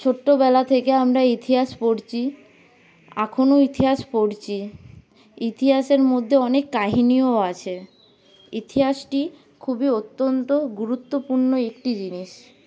ছোট্টবেলা থেকে আমরা ইতিহাস পড়ছি এখনও ইতিহাস পড়ছি ইতিহাসের মধ্যে অনেক কাহিনীও আছে ইতিহাসটি খুবই অত্যন্ত গুরুত্বপূর্ণ একটি জিনিস